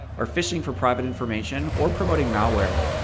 are phishing for private information, or promoting malware.